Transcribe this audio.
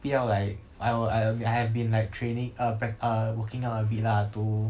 不要 like I would I err I have been like training err prac~ err working out a bit lah to